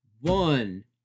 One